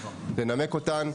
לנמק אותן,